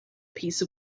piece